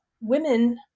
women